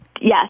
Yes